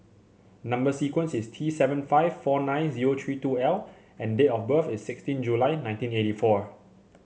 number sequence is T seven five four nine zero three two L and date of birth is sixteen July nineteen eighty four